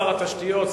שר התשתיות,